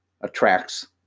attracts